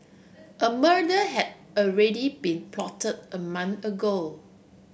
a murder had already been plotted a month ago